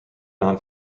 non